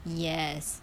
yes